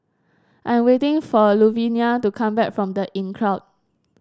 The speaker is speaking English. I am waiting for Luvenia to come back from The Inncrowd